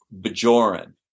Bajoran